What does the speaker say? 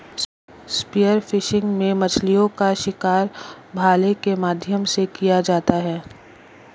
spear fishing में मछलीओं का शिकार भाले के माध्यम से किया जाता है